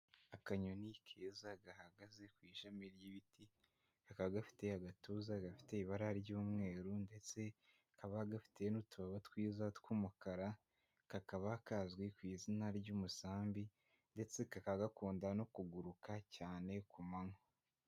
Akanyoni keza gahagaze ku ishami ry'ibiti, kakaba gafite agatuza gafite ibara ry'umweru ndetse kaba gafite n'utubaba twiza tw'umukara, kakaba kazwi ku izina ry'umusambi, ndetse kakaba gakunda no kuguruka cyane ku manywa.